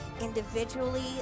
individually